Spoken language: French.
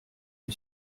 que